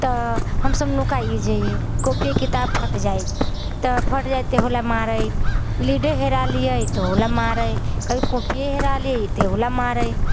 तऽ हमसब नुका जाइए कॉपी किताब फटि जाइ तऽ फटि जाइ तहूलए मारै लीडे हरा लिअए तहूलए मारै कभी कॉपिए हरा ली तहूलए मारै